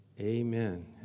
amen